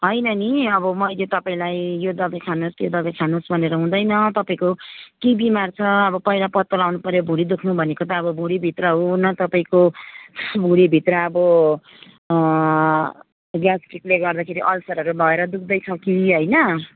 होइन नि अब मैले तपाईँलाई यो दबाई खानुहोस् त्यो दबाई खानुहोस् भनेर हुँदैन तपाईँको के बिमार छ अब पहिला पत्तो लगाउनुपर्यो भुँडी दुख्नु भनेको त अब भुँडीभित्र हो ना तपाईँको भुँडीभित्र अब ग्यास्टिकले गर्दाखेरि अल्सरहरू भएर दुख्दैछ कि होइन